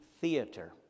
theater